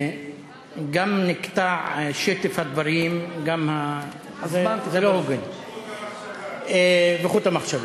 גם נקטע שטף הדברים, גם, זה לא הוגן, חוט המחשבה.